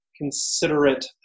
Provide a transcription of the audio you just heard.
considerate